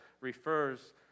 refers